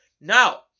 Now